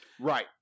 Right